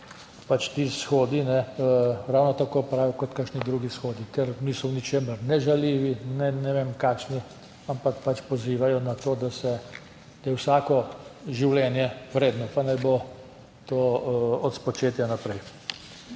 se ti shodi ravno tako opravijo kot kakšni drugi shodi, ker niso v ničemer ne žaljivi ne ne vem kakšni, ampak pač pozivajo, da je vsako življenje vredno, pa naj bo to od spočetja naprej.